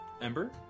Ember